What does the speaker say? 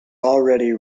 already